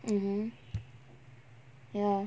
mmhmm ya